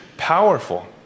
powerful